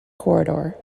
corridor